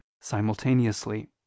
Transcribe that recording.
simultaneously